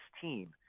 team